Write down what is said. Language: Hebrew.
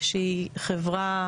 שהיא חברה